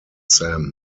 sam